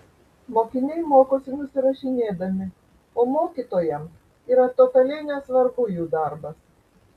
mokiniai mokosi nusirašinėdami o mokytojam yra totaliai nesvarbu jų darbas